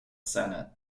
senate